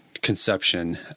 conception